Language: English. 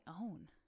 own